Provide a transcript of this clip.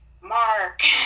Mark